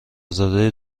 زاده